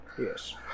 Yes